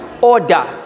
Order